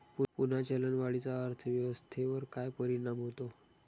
पुन्हा चलनवाढीचा अर्थव्यवस्थेवर काय परिणाम होतो